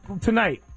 Tonight